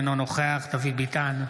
אינו נוכח דוד ביטן,